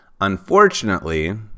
Unfortunately